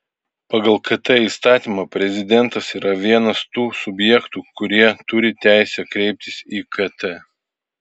pagal kt įstatymą prezidentas yra vienas tų subjektų kurie turi teisę kreiptis į kt